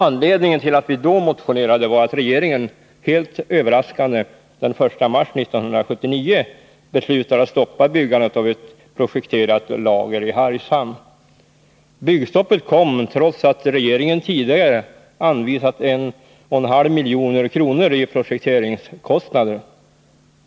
Anledningen till att vi då motionerade var att regeringen helt överaskande den 1 mars 1979 beslutade att stoppa byggandet av ett projekterat lager i Hargshamn. Byggstoppet kom trots att regeringen tidigare anvisat 1,5 milj.kr. i projekteringskostnader.